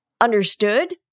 understood